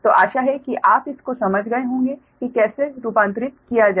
तो आशा है कि आप इसको समझ गए होंगे कि कैसे रूपांतरित किया जाए